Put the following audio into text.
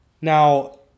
Now